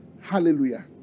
Hallelujah